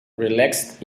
relaxed